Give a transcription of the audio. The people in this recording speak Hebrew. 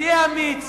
תהיה אמיץ,